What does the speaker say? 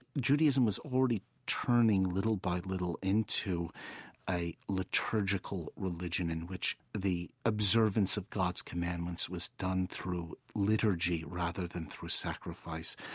judaism was already turning, little by little, into a liturgical religion in which the observance of god's commandments was done through liturgy rather than through sacrifice.